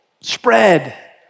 spread